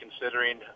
considering